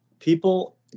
People